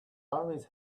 armies